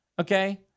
okay